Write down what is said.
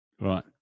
Right